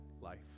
life